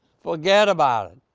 forget about it.